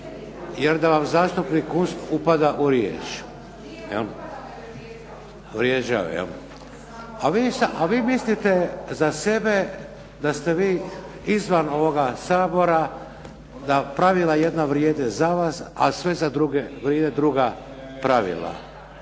je vrijeđao./… Vrijeđao, jel'? A vi mislite za sebe da ste vi izvan ovoga Sabora, da pravila jedna vrijede za vas, a sve za druge vrijede druga pravila.